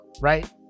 right